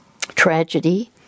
tragedy